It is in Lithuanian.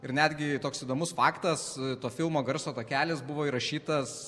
ir netgi toks įdomus faktas to filmo garso takelis buvo įrašytas